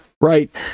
right